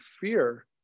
fear